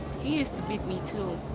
used to beat me too.